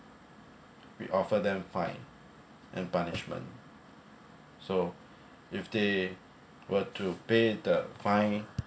we offer them fine and punishment so if they were to pay the fine